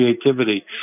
creativity